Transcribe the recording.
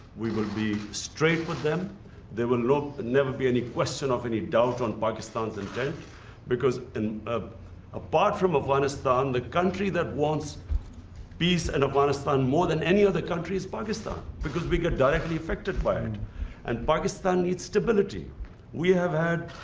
we will be straight with them they will never be any question of any doubt on pakistan's intent because in apart from afghanistan the country that wants peace and afghanistan more than any other countries pakistan because we get directly affected by it and pakistan needs stability we have had